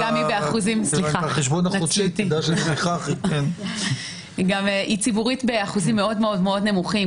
וגם היא באחוזים --- גם היא ציבורית באחוזים מאוד נמוכים,